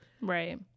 right